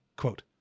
Quote